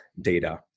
data